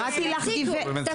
קראתי לך גברת.